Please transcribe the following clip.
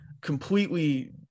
completely